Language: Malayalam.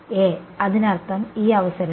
A അതിനർത്ഥം ഈ അവസരത്തിൽ